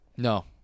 No